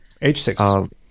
H6